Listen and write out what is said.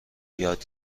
یاد